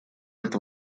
это